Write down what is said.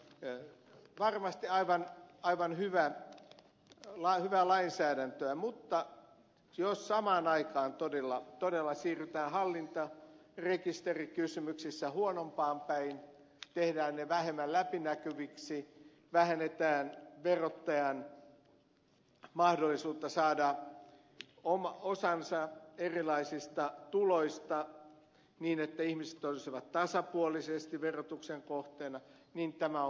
tämä on varmasti aivan hyvää lainsäädäntöä mutta jos samaan aikaan todella siirrytään hallintarekisterikysymyksissä huonompaan päin tehdään ne vähemmän läpinäkyviksi vähennetään verottajan mahdollisuutta saada osansa erilaisista tuloista niin että ihmiset olisivat tasapuolisesti verotuksen kohteena niin tämä on huono asia